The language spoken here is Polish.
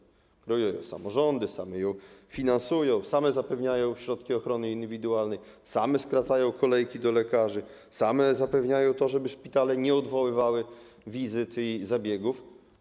Kreują ją samorządy, same ją finansują, same zapewniają środki ochrony indywidualnej, same skracają kolejki do lekarzy, same zapewniają, żeby szpitale nie odwoływały wizyt i zabiegów.